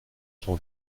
son